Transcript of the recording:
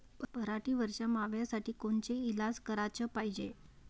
पराटीवरच्या माव्यासाठी कोनचे इलाज कराच पायजे?